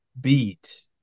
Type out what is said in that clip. beat